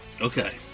okay